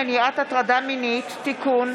הצעת חוק למניעת הטרדה מינית (תיקון,